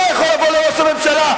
אתה יכול לבוא לראש הממשלה,